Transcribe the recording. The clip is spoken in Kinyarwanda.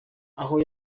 aho